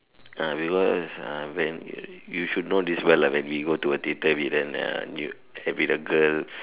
ah because ah when you should know this well lah when we go to a theatre with then uh with a girl